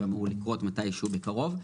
זה אמור לקרות מתישהו בקרוב.